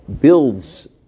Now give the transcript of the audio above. builds